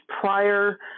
prior